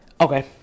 Okay